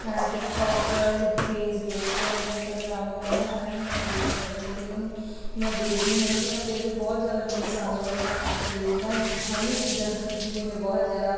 TikTok Facebook Instagram ਉਹਨਾਂ ਸਾਰਿਆਂ ਨੂੰ ਮੈਂ ਯੂਜ਼ ਕਰਦੀ ਹਾਂ ਅਤੇ ਉਹਨਾਂ ਨੂੰ ਮੈਂ ਦੇਖਦੀ ਹੈਗੀ ਹਾਂ ਅਤੇ ਉਹਦੇ ਬਹੁਤ ਜ਼ਿਆਦਾ ਮੈਨੂੰ ਪਸੰਦ ਹੈਗਾ ਅਤੇ ਇਹਨਾਂ ਸਾਰੀਆਂ ਚੀਜ਼ਾਂ ਦੀ ਮੈਂ ਬਹੁਤ ਜ਼ਿਆਦਾ